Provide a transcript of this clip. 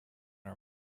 are